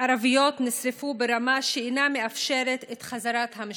ערביות נשרפו ברמה שאינה מאפשרת את חזרת המשפחות.